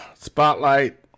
Spotlight